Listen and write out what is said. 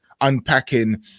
unpacking